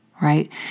Right